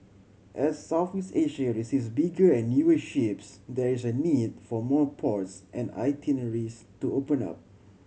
as Southeast Asia receives bigger and newer ships there is a need for more ports and itineraries to open up